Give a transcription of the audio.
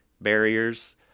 barriers